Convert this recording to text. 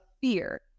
fear